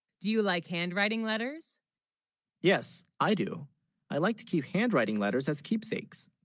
do you, like handwriting letters yes i do i like to keep handwriting letters as keepsakes